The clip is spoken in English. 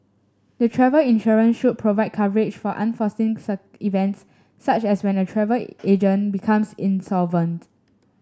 the travel insurance should provide coverage for unforeseen events such as when a travel agent becomes insolvent